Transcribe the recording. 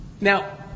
Now